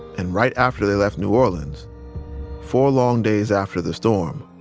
and right after they left new orleans four long days after the storm